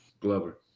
Glover